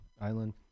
Island